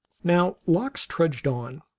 now lox trudged on,